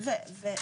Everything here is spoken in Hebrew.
הוא חי.